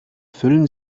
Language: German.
füllen